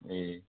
ए